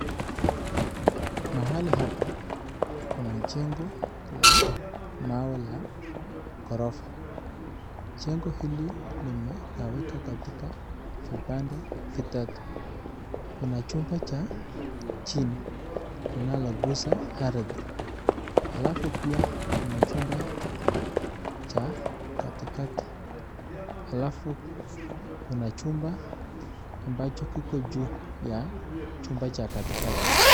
Mahali hapa kuna jengo la mawe la ghorofa, jengo hili linagawika katika vipande vitatu, kuna chumba cha chini linaloguza ardhi, alafu pia kuna chumba cha katikati, alafu kuna chumba ambacho kiko juu ya chumba cha katikati.